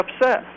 upset